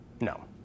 No